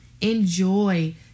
enjoy